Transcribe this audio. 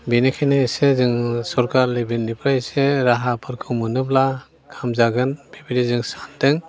बेनिखायनो एसे जोङो सरखार लेभेलनिफ्राय एसे राहा फोरखौ मोनोब्ला हामजागोन बेबादि जों सानदों